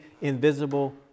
invisible